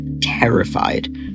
terrified